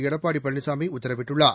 எடப்பாடி பழனிசாமி உத்தரவிட்டுள்ளார்